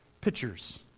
pictures